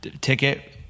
ticket